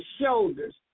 shoulders